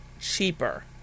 cheaper